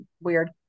weird